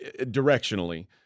directionally